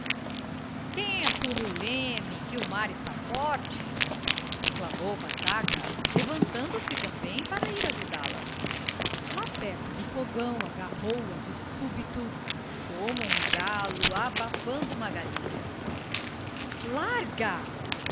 no leme que o mar está forte exclamou pataca levantando-se também para ir ajudá-la lá perto do fogão agarrou-a de súbito como um galo abafando uma galinha larga